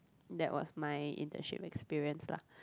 that was my internship experience lah